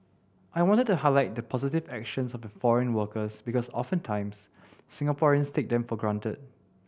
I wanted to highlight the positive actions of the foreign workers because oftentimes Singaporeans take them for granted